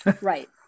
Right